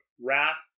wrath